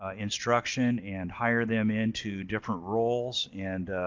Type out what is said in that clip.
ah instruction and hire them into different roles. and